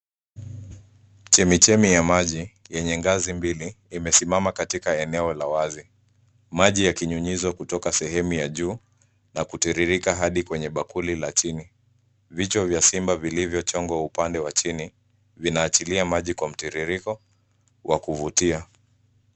Chemichemi ya maji yenye ngazi mbili, imesimama katika eneo la wazi. Maji yakinyunyizwa kutoka sehemu ya juu na kutiririka hadi kwenye bakuli la chini. Vichwa vya simba vilivyochongwa upande wa chini, vinaachilia maji kwa mtiririko wa kuvutia.